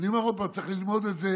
ואני אומר עוד פעם שצריך ללמוד את זה